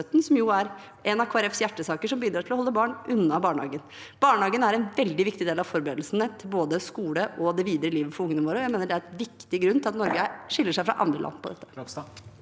Folkepartis hjertesaker, og som bidrar til å holde barn unna barnehagen. Barnehagen er en veldig viktig del av forberedelsene til både skole og det videre livet til barna våre. Det er en viktig grunn til at Norge skiller seg fra andre land på dette.